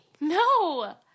No